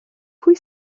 pwy